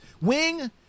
Wing